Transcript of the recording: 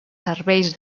serveis